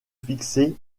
fixer